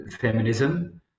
feminism